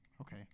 Okay